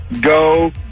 Go